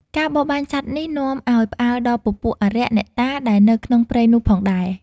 ការបរបាញ់សត្វនេះនាំឱ្យផ្អើលដល់ពពួកអារក្ស អ្នកតាដែលនៅក្នុងព្រៃនោះផងដែរ។